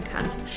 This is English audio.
kannst